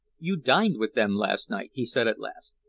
you dined with them last night, he said at last.